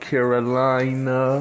Carolina